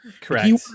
Correct